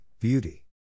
beauty